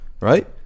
right